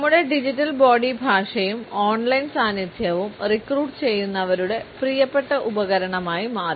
നമ്മുടെ digital body ഭാഷയും online സാന്നിധ്യവും റിക്രൂട്ട് ചെയ്യുന്നവരുടെ പ്രിയപ്പെട്ട ഉപകരണമായി മാറി